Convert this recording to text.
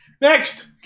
next